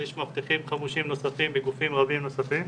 ויש מאבטחים חמושים נוספים בגופים רבים נוספים.